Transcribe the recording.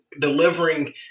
delivering